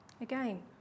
Again